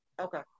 Okay